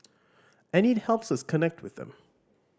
and it helps us connect with them